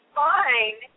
fine